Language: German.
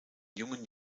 jungen